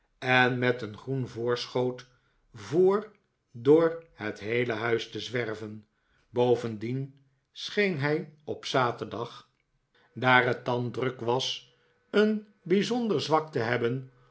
en met een groen voorschoot voor door het heele huis te zwerven bovendien scheen hij op zaterdag daar het dan druk bailey was een bijzonder zwak te hebben